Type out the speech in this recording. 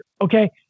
Okay